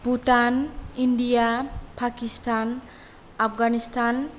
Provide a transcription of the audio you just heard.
Bhutan India Pakistan Afghanistan